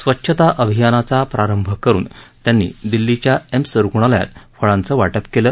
स्वच्छता अभियानाचा प्रारंभ करुन त्यांनी दिल्लीच्या एम्स रुग्णालयात फळाचं वाटप केलं